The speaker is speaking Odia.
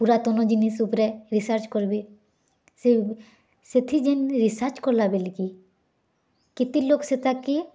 ପୁରାତନ ଜିନିଷ୍ ଉପରେ ରିସର୍ଚ୍ଚ କର୍ବି ସେ ସେଥି ଯେନ୍ ରିସର୍ଚ୍ଚ କଲା ବେଲି କି କେତେ ଲୁକ୍ ସେଟା କେ